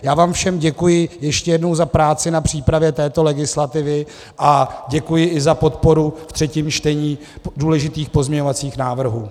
Já vám všem děkuji ještě jednou za práci na přípravě této legislativy a děkuji i za podporu ve třetím čtení důležitých pozměňovacích návrhů.